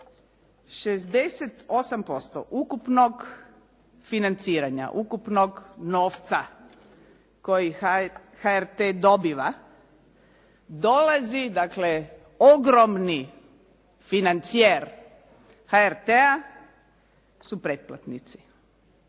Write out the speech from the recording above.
68% ukupnog financiranja, ukupnog novca kojeg HRT dobiva, dolazi dakle ogromni financijer HRT-a su pretplatnici,